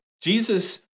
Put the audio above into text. Jesus